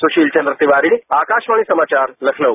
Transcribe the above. सुशील चंद्र तिवारी आकाशवाणी समाचार लखनऊ